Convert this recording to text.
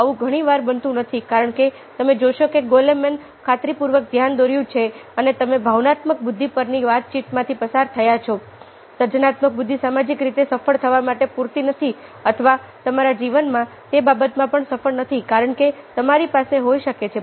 આવું ઘણી વાર બનતું નથી કારણ કે તમે જોશો કે ગોલમેને ખાતરીપૂર્વક ધ્યાન દોર્યું છે અને તમે ભાવનાત્મક બુદ્ધિ પરની વાતચીતમાંથી પસાર થયા છો સર્જનાત્મક બુદ્ધિ સામાજિક રીતે સફળ થવા માટે પૂરતી નથી અથવા તમારા જીવનમાં તે બાબતમાં પણ સફળ નથી કારણ કે તમારી પાસે હોઈ શકે છે